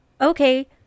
okay